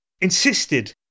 insisted